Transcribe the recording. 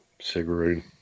cigarette